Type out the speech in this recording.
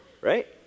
Right